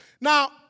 Now